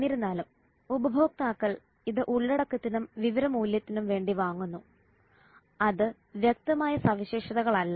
എന്നിരുന്നാലും ഉപഭോക്താക്കൾ ഇത് ഉള്ളടക്കത്തിനും വിവര മൂല്യത്തിനും വേണ്ടി വാങ്ങുന്നു അത് വ്യക്തമായ സവിശേഷതകളല്ല